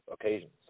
occasions